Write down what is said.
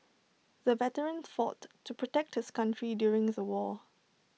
the veteran fought to protect his country during the war